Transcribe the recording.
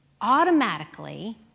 automatically